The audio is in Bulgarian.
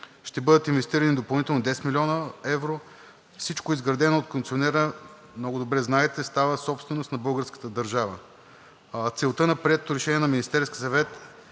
Ще бъдат инвестирани допълнително 10 млн. евро. Всичко, изградено от концесионера, много добре знаете, става собственост на българската държава. Целта на приетото решение на Министерския съвет